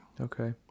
Okay